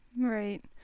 Right